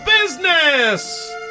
Business